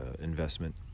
investment